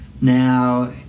now